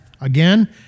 Again